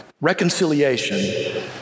Reconciliation